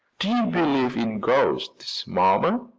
do you believe in ghosts, mamma?